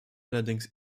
allerdings